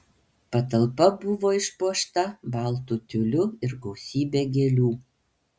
patalpa buvo išpuošta baltu tiuliu ir gausybe gėlių